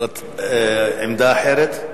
הצעה אחרת.